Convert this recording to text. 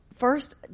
First